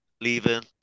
leaving